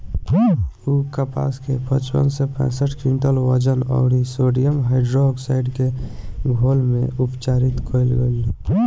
उ कपास के पचपन से पैसठ क्विंटल वजन अउर सोडियम हाइड्रोऑक्साइड के घोल में उपचारित कइल गइल